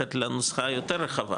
ללכת לנוסחה היותר רחבה,